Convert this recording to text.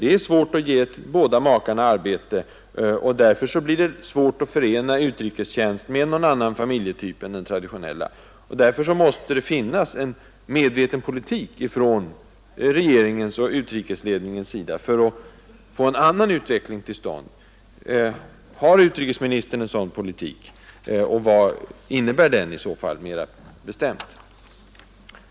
Det är svårt att ge båda makarna arbete, och därför blir det svårt att förena utrikestjänst med en annan familjetyp än den traditionella. Därför måste det finnas en medveten politik från regeringens och utrikesledningens sida, för att få en annan utveckling till stånd. Har utrikesministern en sådan politik och vad innebär den i så fall mera bestämt?